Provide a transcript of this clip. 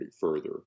further